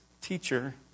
teacher